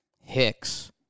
Hicks